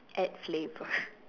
add flavor